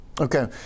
Okay